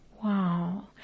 Wow